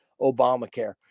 Obamacare